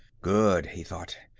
good, he thought.